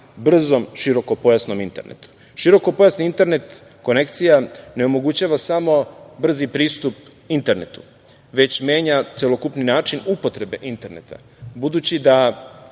brzom širokopojasnom internetu. Širokopojasna internet konekcija ne omogućava samo brzi pristup internetu, već menja celokupni način upotrebe interneta, budući da